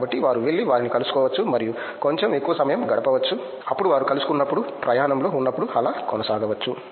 కాబట్టి వారు వెళ్లి వారిని కలుసుకోవచ్చు మరియు కొంచెం ఎక్కువ సమయం గడపచ్చు అప్పుడు వారు కలుసుకున్నప్పుడు ప్రయాణంలో ఉన్నప్పుడు ఆలా కొనసాగవచ్చు